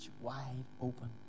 wide-open